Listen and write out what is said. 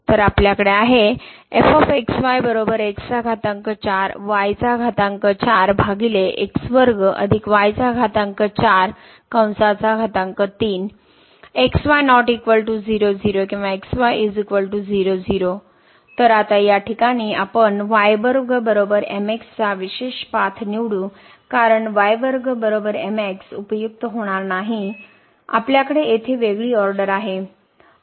तर आपल्याकडे आहे तर आता या ठिकाणी आपण चा विशेष पाथ निवडू कारण y mx उपयुक्त होणार नाही आपल्याकडे येथे वेगळी ऑर्डर आहे